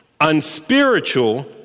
unspiritual